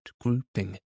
grouping